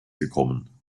gekommen